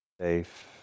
safe